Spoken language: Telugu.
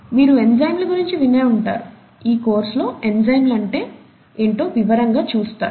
మీరు ఎంజైమ్ల గురించి వినే ఉంటారు ఈ కోర్సులో ఎంజైమ్లు అంటే ఏమిటో వివరంగా చూస్తారు